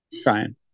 trying